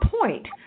point